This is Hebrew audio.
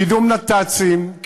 קידום נת"צים,